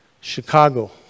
Chicago